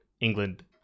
England